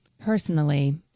Personally